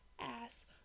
ass